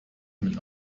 mit